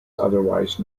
otherwise